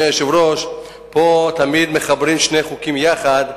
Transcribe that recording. פה תמיד מחברים שני חוקים יחד,